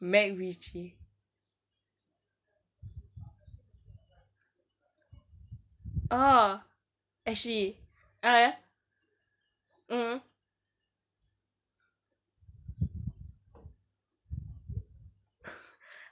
macritchie orh ashley ah ya mm